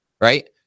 right